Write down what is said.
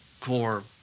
core